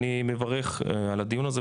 אני מברך על הדיון הזה,